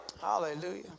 Hallelujah